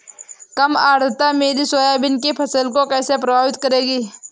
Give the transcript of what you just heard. कम आर्द्रता मेरी सोयाबीन की फसल को कैसे प्रभावित करेगी?